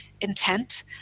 intent